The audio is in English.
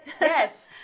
yes